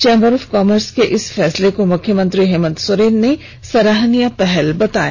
chamber of commerce के इस फैसले को मुख्यमंत्री हेमंत सोरेन ने सराहनीय पहल बताया